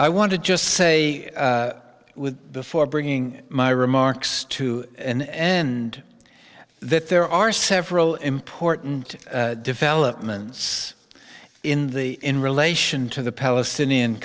i want to just say with before bringing my remarks to an end that there are several important developments in the in relation to the palestinian